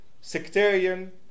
sectarian